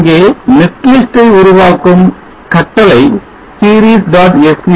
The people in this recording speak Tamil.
இங்கே netlist ஐ உருவாக்கும் கட்டளை series